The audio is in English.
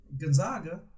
Gonzaga